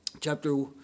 chapter